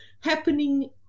happening